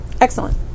Excellent